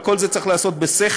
אבל כל זה צריך להיעשות בשכל,